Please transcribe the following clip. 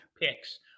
picks